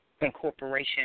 Incorporation